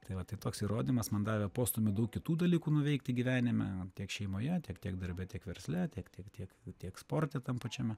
tai va tai toks įrodymas man davė postūmį daug kitų dalykų nuveikti gyvenime tiek šeimoje tiek tiek darbe tiek versle tiek tiek tiek tiek sporte tam pačiame